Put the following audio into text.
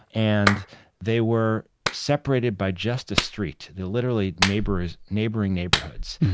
and they were separated by just a street, they're literally neighboring neighboring neighborhoods.